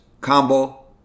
Combo